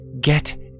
get